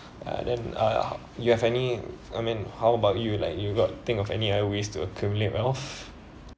uh then uh you have any I mean how about you like you got think of any other ways to accumulate wealth